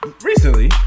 Recently